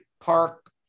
park